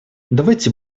давайте